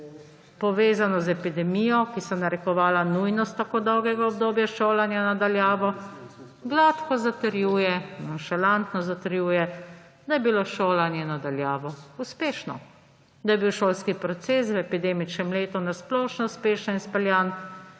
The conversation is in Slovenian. povezano z epidemijo, ki so narekovala nujnost tako dolgega obdobja šolanja na daljavo, gladko zatrjuje, nonšalantno zatrjuje, da je bilo šolanje na daljavo uspešno, da je bil šolski proces v epidemičem letu na splošno uspešno izpeljan